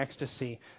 ecstasy